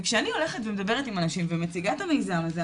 וכשאני הולכת ומדברת עם אנשים ומציגה את המיזם הזה,